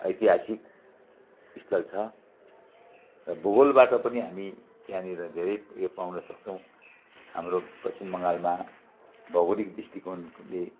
ऐतिहासिक स्थल छ र भूगोलबाट पनि हामी त्यहाँनिर धेरै यो पाउनसक्छौँ हाम्रो पश्चिम बङ्गालमा भौगोलिक दृष्टिकोणले